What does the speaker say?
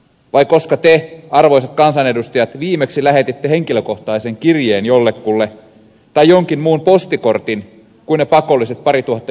vai koska te arvoisat kansanedustajat viimeksi lähetitte henkilökohtaisen kirjeen jollekulle tai jonkin muun postikortin kuin ne pakolliset parituhatta joulukorttia